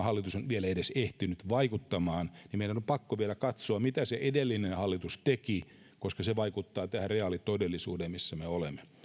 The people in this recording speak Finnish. hallitus on vielä edes ehtinyt vaikuttamaan niin meidän on pakko vielä katsoa mitä se edellinen hallitus teki koska se vaikuttaa tähän reaalitodellisuuteen missä me olemme